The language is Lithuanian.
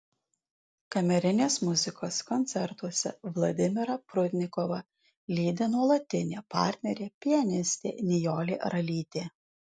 kamerinės muzikos koncertuose vladimirą prudnikovą lydi nuolatinė partnerė pianistė nijolė ralytė